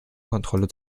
kontrolle